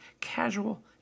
casual